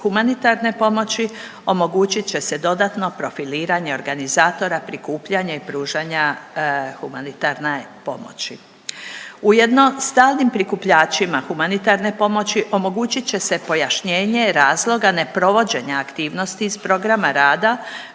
humanitarne pomoći omogućit će se dodatno profiliranje organizatora prikupljanja i pružanja humanitarne pomoći. Ujedno stalnim prikupljačima humanitarne pomoći omogućit će se pojašnjenje razloga ne provođenja aktivnosti iz programa rada